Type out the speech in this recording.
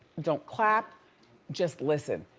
don't clap just listen.